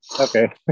okay